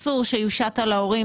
אסור שיושת על ההורים.